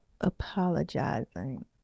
apologizing